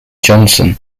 johnson